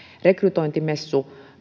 rekrytointimessut